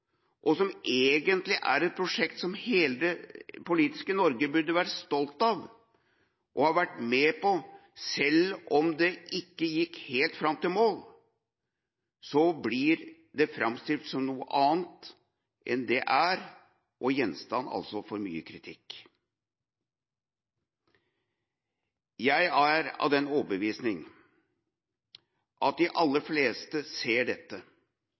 og som egentlig er et prosjekt som hele det politiske Norge burde være stolt av å ha vært med på, selv om det ikke gikk helt fram til mål – blir framstilt som noe annet enn det er, og blir gjenstand for mye kritikk. Jeg er av den overbevisning at de aller fleste ser dette,